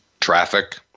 traffic